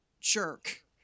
jerk